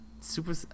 super